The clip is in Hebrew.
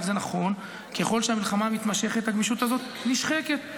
זה נכון, ככל שהמלחמה מתמשכת הגמישות הזאת נשחקת.